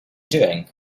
doing